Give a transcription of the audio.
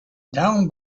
down